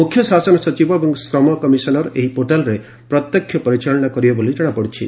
ମ୍ରଖ୍ୟ ଶାସନ ସଚିବ ଏବଂ ଶମ କମିଶନର ଏହି ପୋର୍ଟାଲର ପ୍ରତ୍ୟକ୍ଷ ପରିଚାଳନା କରିବେ ବୋଲି ଜଣାପଡ଼ିଛି